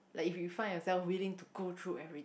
like if you find yourself willing to go through every